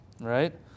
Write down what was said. Right